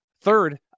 third